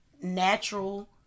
natural